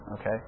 Okay